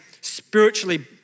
spiritually